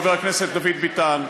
חבר הכנסת דוד ביטן,